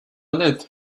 lid